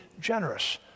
generous